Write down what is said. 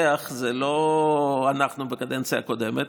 זה לא אנחנו בקדנציה הקודמת,